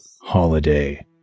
Holiday